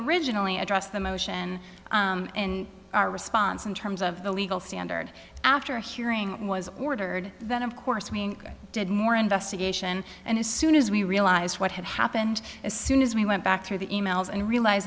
originally address the motion in our response in terms of the legal standard after hearing it was ordered then of course we did more investigation and as soon as we realized what had happened as soon as we went back through the e mails and realize